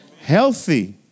healthy